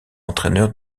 entraîneur